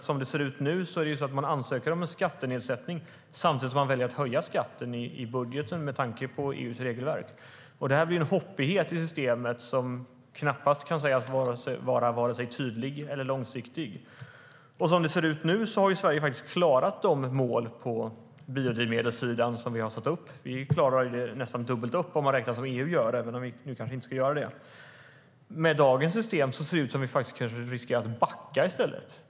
Som det ser ut nu är det så att man ansöker om en skattenedsättning samtidigt som man väljer att höja skatten i budgeten med tanke på EU:s regelverk. Det blir en hoppighet i systemet som knappast kan sägas vara vare sig tydlig eller långsiktig. Som det ser ut nu har Sverige klarat de mål på biodrivmedelssidan som vi har satt upp. Vi klarar det nästan dubbelt upp om man räknar som EU gör, även om vi nu kanske inte ska göra det. Men med dagens system ser det ut som att vi kanske riskerar att backa i stället.